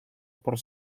por